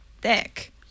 thick